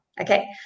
okay